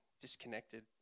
disconnected